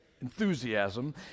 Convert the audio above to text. enthusiasm